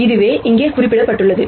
இதுவே இங்கே குறிப்பிடப்பட்டுள்ளது